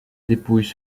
dépouille